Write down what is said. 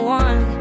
one